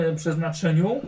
przeznaczeniu